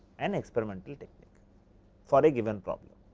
an experimental technique for a given problem